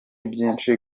byinshi